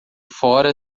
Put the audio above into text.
fora